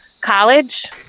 college